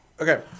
Okay